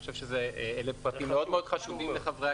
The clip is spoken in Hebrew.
לדעתי, אלה פרטים מאוד חשובים לחברי הכנסת.